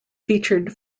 featured